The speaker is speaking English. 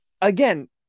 again